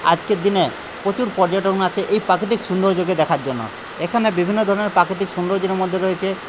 আজকের দিনে প্রচুর পর্যটন আসে এই প্রাকৃতিক সৌন্দর্যকে দেখার জন্য এখানে বিভিন্ন ধরনের প্রাকৃতিক সৌন্দর্যের মধ্যে রয়েছে